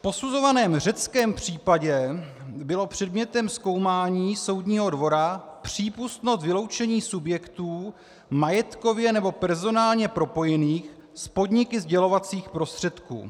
V posuzovaném řeckém případě bylo předmětem zkoumání Soudního dvora přípustno vyloučení subjektů majetkově nebo personálně propojených s podniky sdělovacích prostředků.